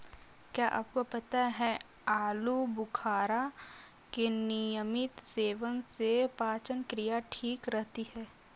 क्या आपको पता है आलूबुखारा के नियमित सेवन से पाचन क्रिया ठीक रहती है?